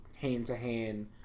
hand-to-hand